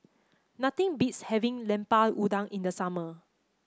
nothing beats having Lemper Udang in the summer